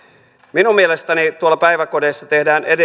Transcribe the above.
minun mielestäni tuolla päiväkodeissa tehdään